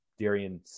Darian